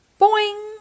Boing